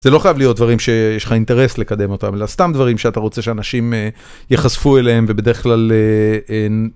זה לא חייב להיות דברים שיש לך אינטרס לקדם אותם אלא סתם דברים שאתה רוצה שאנשים יחשפו אליהם ובדרך כלל.